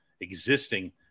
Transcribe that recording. existing